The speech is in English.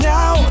Now